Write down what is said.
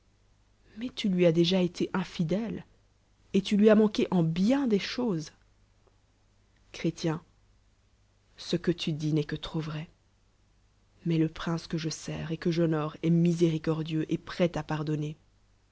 mais tu lui as déjà été infidèle et tu ini as manqué en bi n des choses ci ret ce que tu diî u'es que trop vrai mais le prince que je sen et que j'honore eu miséricdrdieux et prêt à pardonner